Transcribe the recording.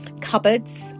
cupboards